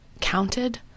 counted